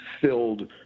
filled